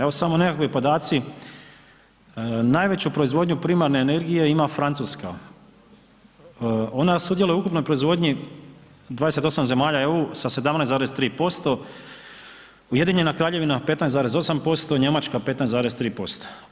Evo samo nekakvi podaci, najveću proizvodnju primarne energije ima Francuska, ona sudjeluje u ukupnoj proizvodnji 28 zemalja EU sa 17,3%, Ujedinjena Kraljevina 15,8%, Njemačka 15,3%